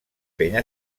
penya